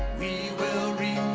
we will